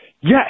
yes